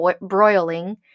broiling